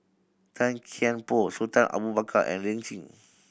Tan Kian Por Sultan Abu Bakar and Lin Chen